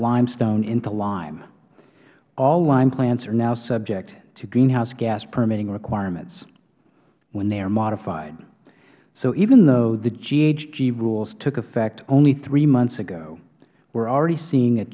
limestone into lime all lime plants are now subject to greenhouse gas permitting requirements when they are modified so even though the ghg rules took effect only three months ago we are already seeing